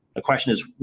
the question is,